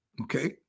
Okay